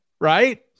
right